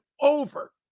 over